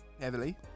heavily